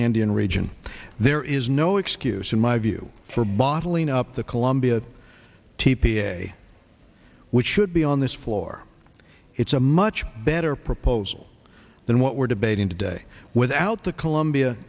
andean region there is no excuse in my view for bottling up the colombia t p a which should be on this floor it's a much better proposal than what we're debating today without the colombia